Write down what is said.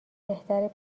بهتره